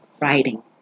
writing